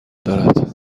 دارد